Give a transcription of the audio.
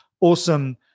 awesome